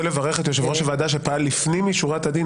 אני רוצה לברך את יושב-ראש הוועדה שפעל לפנים משורת הדין,